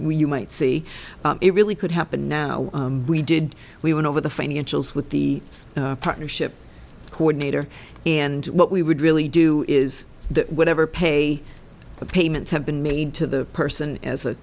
you might see it really could happen now we did we went over the financials with the partnership coordinator and what we would really do is that whatever pay the payments have been made to the person as a